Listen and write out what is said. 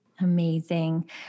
Amazing